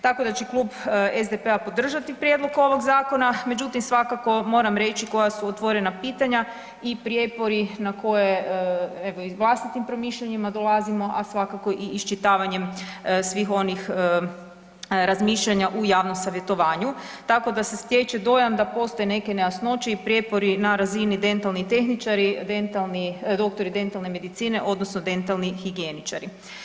Tako da će Klub SDP-a podržati prijedlog ovog zakona, međutim svakako moram reći koja su otvorena pitanja i prijepori na koje evo i vlastitim promišljanjima dolazimo, a svakako i iščitavanjem svih onih razmišljanja u javnom savjetovanju, tako da se stječe dojam da postoje neke nejasnoće i prijepori na razini dentalni tehničari, dentalni, doktori dentalne medicine odnosno dentalni higijeničari.